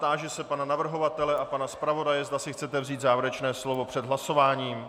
Táži se pana navrhovatele a pana zpravodaje, zda si chcete vzít závěrečné slovo před hlasováním.